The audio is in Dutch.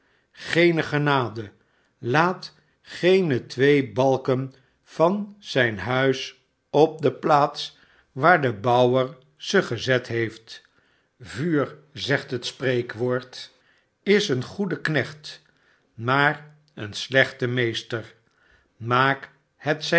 geene genade laat geene twee balken van zijn nuis op de plaats waar de bouwer ze gezet heeft vuur zegt het spreekwoord is een goede knecht maar een slechte meester maak het zijn